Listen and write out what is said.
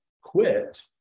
quit